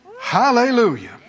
Hallelujah